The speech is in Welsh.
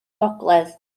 gogledd